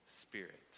Spirit